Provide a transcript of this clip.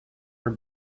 are